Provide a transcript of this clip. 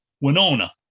Winona